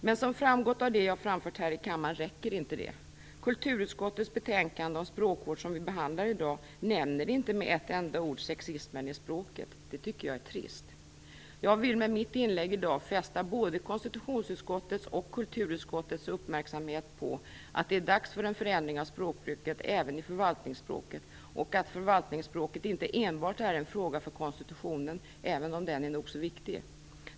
Men som framgått av det jag har framfört här i kammaren räcker inte detta. Kulturutskottets betänkande om språkvård, som vi behandlar i dag, nämner inte med ett enda ord sexismen i språket. Det tycker jag är trist. Jag vill med mitt inlägg i dag fästa både konstitutionsutskottets och kulturutskottets uppmärksamhet på att det är dags för en förändring av språkbruket även i förvaltningsspråket, och att förvaltningsspråket inte enbart är en fråga för konstitutionen, även om den är nog så viktig.